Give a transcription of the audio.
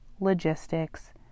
logistics